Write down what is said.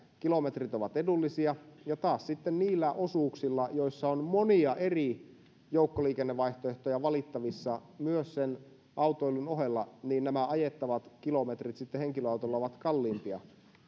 kilometrit ovat edullisia ja taas sitten niillä osuuksilla joissa on monia eri joukkoliikennevaihtoehtoja valittavissa myös sen autoilun ohella nämä ajettavat kilometrit henkilöautolla ovat kalliimpia